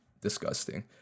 disgusting